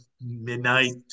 midnight